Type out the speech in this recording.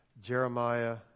Jeremiah